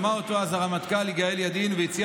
שמע אותו אז הרמטכ"ל יגאל ידין והציע